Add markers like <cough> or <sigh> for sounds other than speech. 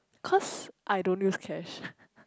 cause I don't use cash <breath>